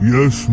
Yes